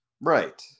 Right